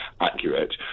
accurate